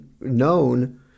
known